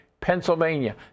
Pennsylvania